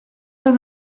pas